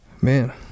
man